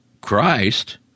Christ